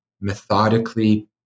methodically